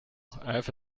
have